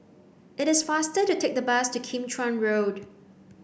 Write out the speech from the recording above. it is faster to take the bus to Kim Chuan Road